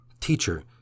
Teacher